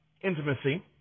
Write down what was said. intimacy